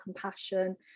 compassion